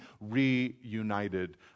reunited